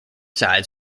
sides